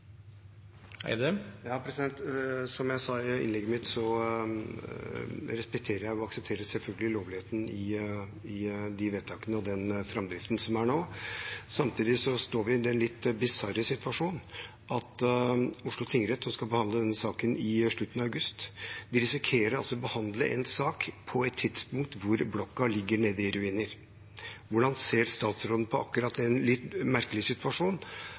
er nå. Samtidig står vi i den litt bisarre situasjonen at Oslo tingrett skal behandle denne saken i slutten av august, og de risikerer altså å behandle en sak på et tidspunkt når blokka ligger i ruiner. Hvordan ser statsråden på akkurat den litt merkelige situasjonen at tingretten er invitert til å ta denne behandlingen på et tidspunkt når Y-blokka ligger nede? Det ble fremmet en